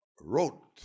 Wrote